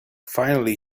finally